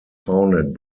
founded